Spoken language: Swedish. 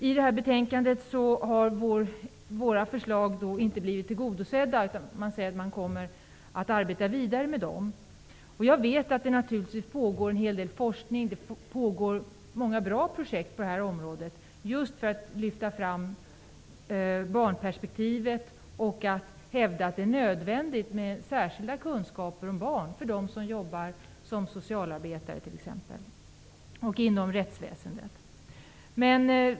I detta betänkande har våra förslag inte blivit tillgodosedda, utan man säger att man kommer att arbeta vidare med dem. Jag vet att det naturligtvis pågår en hel del forskning. Det pågår många bra projekt på det här området just för att lyfta fram barnperspektivet och hävda att det är nödvändigt med särskilda kunskaper om barn för dem som jobbar som t.ex. socialarbetare och inom rättsväsendet.